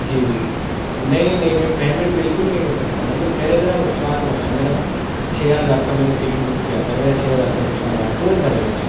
جی جی نہیں نہیں میں پیمنٹ بالکل نہیں کر سکتا مطلب میرا اتنا نقصان ہوا ہے میرا چھ ہزار کا میں نے ٹکٹ بک کیا تھا میرا چھ ہزار کا نقصان ہوا ہے کون بھرے گا اسے